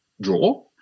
draw